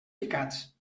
picats